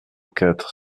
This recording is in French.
quatre